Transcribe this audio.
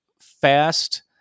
fast